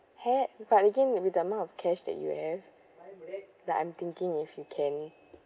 had but again maybe the amount of cash that you have that I'm thinking if you can